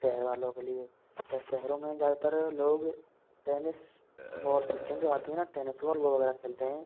शहर वालों के लिए शहरों में ज़्यादातर लोग टेनिस बॉल खेलते हैं जो आती हैं न टैनिस बॉल वह वगैरह खेलते हैं